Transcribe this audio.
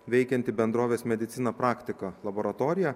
veikianti bendrovės medicina praktika laboratorija